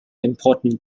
important